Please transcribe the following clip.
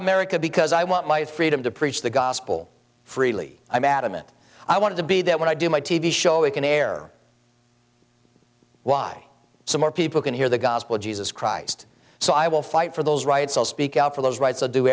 america because i want my freedom to preach the gospel freely i'm adamant i want to be that when i do my t v show we can air why some more people can hear the gospel of jesus christ so i will fight for those rights i'll speak out for those rights